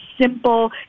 simple